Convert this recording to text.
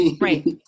Right